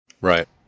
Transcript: Right